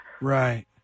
Right